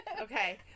Okay